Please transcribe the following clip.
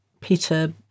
peter